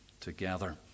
together